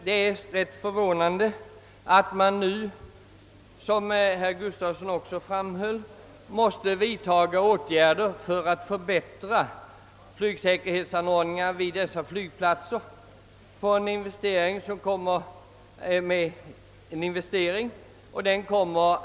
Det är emellertid, som herr Gustavsson i Ängelholm framhöll, förvånande att de investeringar som gjorts för att förbättra flygsäkerhetsanordningarna vid dessa flygplatser nu direkt debiteras på vederbörande kommuner.